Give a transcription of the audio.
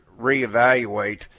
reevaluate